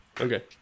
Okay